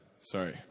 Sorry